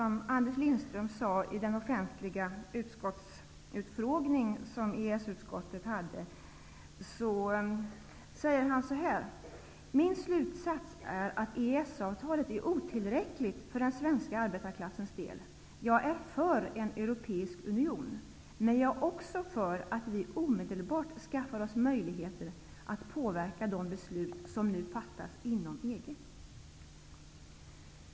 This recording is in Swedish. Men vid den offentliga utskottsutfrågning som EES-utskottet hade, sade han också: ''Min slutsats är att EES-avtalet är otillräckligt för den svenska arbetarklassens del. Jag är för en europeisk union, men jag är också för att vi omedelbart skaffar oss möjligheter att påverka de beslut som nu fattas inom EG.''